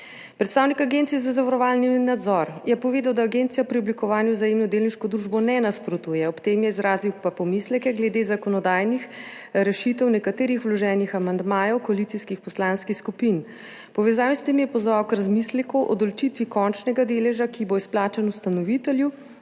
Predstavnik Agencije za zavarovalni nadzor je povedal, da agencija preoblikovanju Vzajemne v delniško družbo ne nasprotuje, ob tem je izrazil pomisleke glede zakonodajnih rešitev nekaterih vloženih amandmajev koalicijskih poslanskih skupin. V povezavi s tem je pozval k razmisleku o določitvi končnega deleža, ki bo izplačan ustanovitelju